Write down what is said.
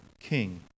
king